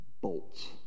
bolts